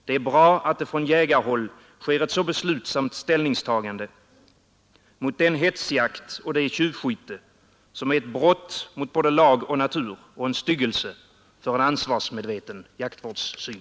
Det är bra att det från jägarhåll sker ett så beslutsamt ställningstagande mot den hetsjakt och det tjuvskytte som är ett brott mot både lag och natur och en styggelse för en ansvarsmedveten jaktvårdssyn.